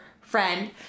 friend